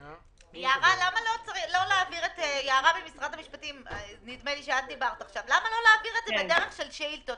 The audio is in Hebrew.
יערה, למה לא להעביר את זה בדרך של שאילתות?